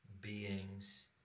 beings